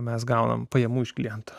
mes gauname pajamų iš klientų